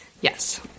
Yes